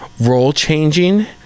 role-changing